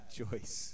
choice